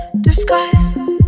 disguise